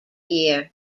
year